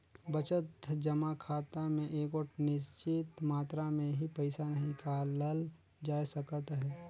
बचत जमा खाता में एगोट निच्चित मातरा में ही पइसा हिंकालल जाए सकत अहे